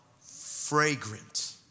fragrant